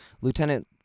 Lieutenant